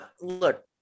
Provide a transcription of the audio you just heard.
look